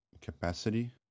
capacity